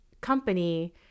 company